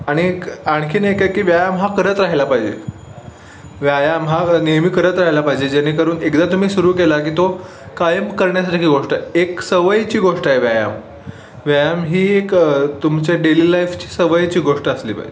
आणि एक आणखी एकए की व्यायाम हा करत राहायला पाहिजे व्यायाम हा नेहमी करत राहिला पाहिजे जेणेकरून एकदा तुम्ही सुरू केला की तो कायम करण्यासारखी गोष्ट आहे एक सवयीची गोष्ट आहे व्यायाम व्यायाम ही एक तुमची डेली लाईफची सवयीची गोष्ट असली पाहिजे